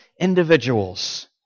individuals